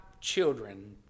children